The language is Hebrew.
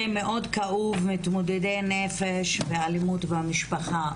מאוד כאוב מתמודדי נפש ואלימות במשפחה.